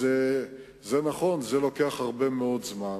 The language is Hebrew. אז זה נכון, זה לוקח הרבה מאוד זמן.